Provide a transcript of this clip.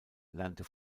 lernte